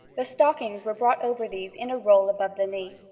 the stockings were brought over these in a roll above the knee.